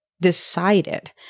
decided